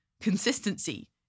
consistency